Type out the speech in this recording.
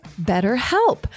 BetterHelp